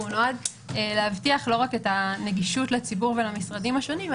והוא נועד להבטיח לא רק את הנגישות לציבור ולמשרדים השונים,